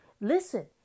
listen